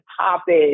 topic